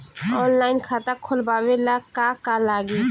Online खाता खोलबाबे ला का का लागि?